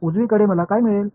उजवीकडे मला काय मिळेल